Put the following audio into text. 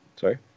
Sorry